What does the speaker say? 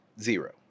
Zero